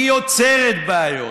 היא יוצרת בעיות,